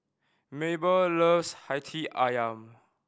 Mabell loves Hati Ayam